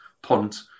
Punt